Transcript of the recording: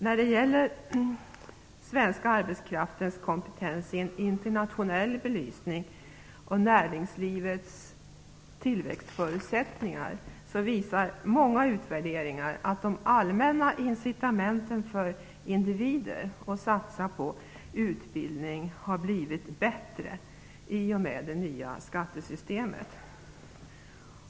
När det gäller den svenska arbetskraftens kompetens i internationell belysning och näringslivets tillväxtförutsättningar visar många utvärderingar att de allmänna incitamenten för individer att satsa på utbildning har blivit bättre i och med det nya skattesystemet.